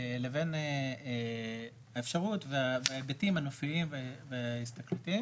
לבין האפשרות וההיבטים הנופיים וההסתכלותיים